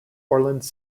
orleans